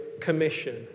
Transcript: commission